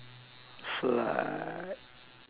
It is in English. so